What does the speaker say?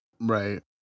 Right